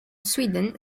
sweden